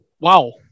Wow